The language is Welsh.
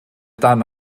dan